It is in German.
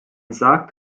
sagt